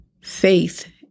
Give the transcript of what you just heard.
Faith